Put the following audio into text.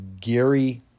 Gary